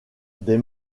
des